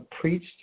preached